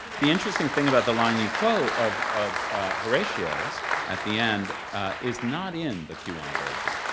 the interesting thing about the line you quote of of horatio's at the end is not in the q one version.